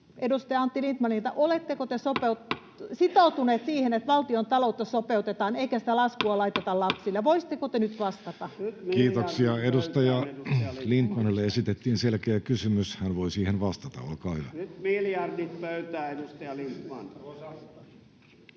edustaja Antti Lindtmanilta: Oletteko te sitoutuneet siihen, että valtiontaloutta sopeutetaan eikä sitä laskua laiteta lapsille? Voisitteko te nyt vastata? Kiitoksia. — Edustaja Lindtmanille esitettiin selkeä kysymys, hän voi siihen vastata, olkaa hyvä. [Ben Zyskowicz: Nyt miljardit pöytään, edustaja Lindtman!]